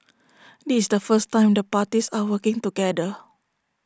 this the first time the parties are working together